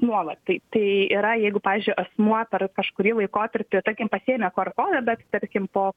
nuolat tai tai yra jeigu pavyzdžiui asmuo per kažkurį laikotarpį tarkim pasiėmęs qr kodą bet tarkim po